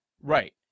right